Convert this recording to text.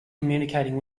communicating